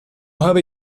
habe